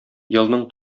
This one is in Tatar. елның